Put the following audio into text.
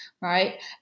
right